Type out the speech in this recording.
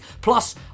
plus